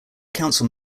council